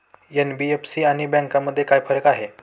NBFC आणि बँकांमध्ये काय फरक आहे?